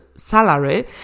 Salary